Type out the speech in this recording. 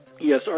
Yes